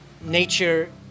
nature